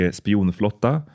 spionflotta